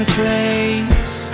place